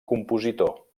compositor